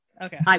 okay